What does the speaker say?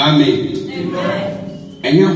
Amen